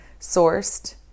sourced